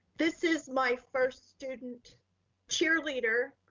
this is my first student cheerleader.